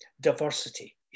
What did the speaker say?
diversity